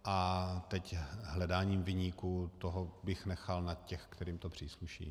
A hledání viníků bych nechal na těch, kterým to přísluší.